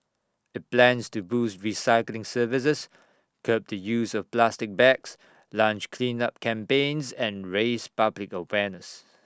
IT plans to boost recycling services curb the use of plastic bags launch cleanup campaigns and raise public awareness